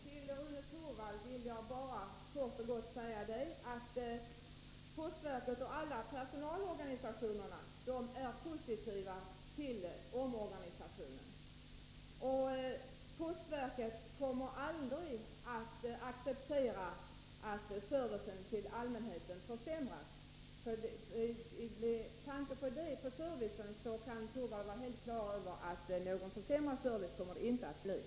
Herr talman! Jag vill bara helt kort säga till Rune Torwald att postverket och alla personalorganisationer är positiva till omorganisationen. Postverket kommer aldrig att acceptera att servicen till allmänheten försämras, Rune Torwald kan alltså vara klar över att det inte kommer att bli någon försämring av servicen.